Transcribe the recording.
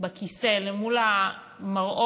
באמת בכיסא למול המראות